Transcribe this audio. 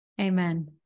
amen